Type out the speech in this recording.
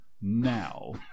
now